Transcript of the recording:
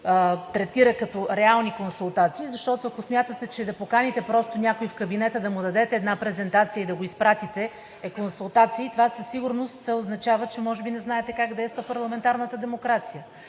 третира като реални консултации, защото, ако смятате, че да поканите просто някой в кабинета, да му дадете една презентация и да го изпратите, е консултации, това със сигурност означава, че може би не знаете как действа парламентарната демокрация.